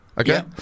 okay